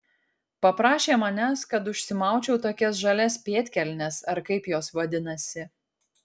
paprašė manęs kad užsimaučiau tokias žalias pėdkelnes ar kaip jos vadinasi